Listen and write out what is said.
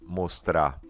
mostrar